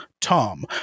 Tom